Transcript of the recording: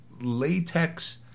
latex